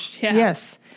yes